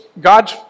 God